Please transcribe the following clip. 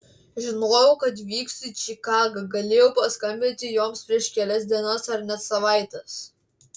žinojau kad vyksiu į čikagą galėjau paskambinti joms prieš kelias dienas ar net savaites